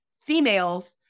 females